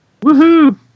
Woohoo